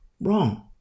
Wrong